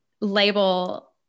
label